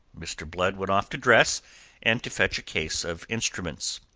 mr. blood went off to dress and to fetch a case of instruments.